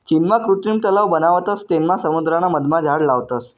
चीनमा कृत्रिम तलाव बनावतस तेनमा समुद्राना मधमा झाड लावतस